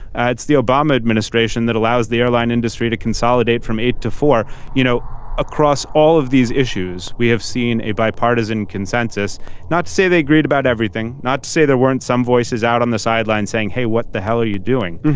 and it's the obama administration that allows the airline industry to consolidate from eight to four you know across all of these issues. we have seen a bipartisan consensus not say they agreed about everything not to say there weren't some voices out on the sidelines saying hey what the hell are you doing.